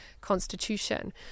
constitution